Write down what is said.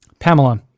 Pamela